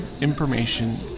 information